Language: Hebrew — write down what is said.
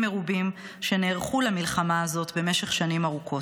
מרובים שנערכו למלחמה הזאת במשך שנים ארוכות.